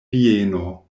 vieno